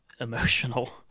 emotional